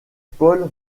paul